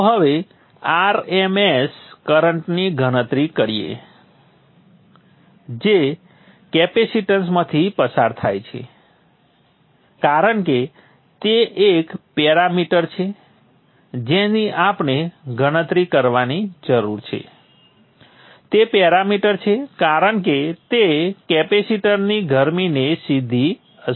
ચાલો હવે આરએમએસ કરંટની ગણતરી કરીએ જે કેપેસીટન્સમાંથી પસાર થાય છે કારણ કે તે એક પેરામિટર છે જેની આપણે ગણતરી કરવાની જરૂર છે તે પેરામિટર છે કારણ કે તે કેપેસિટરની ગરમીને સીધી અસર કરશે